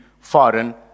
foreign